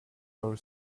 our